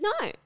No